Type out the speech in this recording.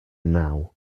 now